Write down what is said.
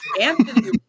Anthony